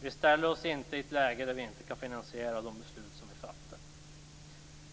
Vi ställer oss inte i ett läge där vi inte kan finansiera de beslut som vi fattar.